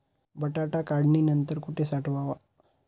बटाटा काढणी नंतर कुठे साठवावा?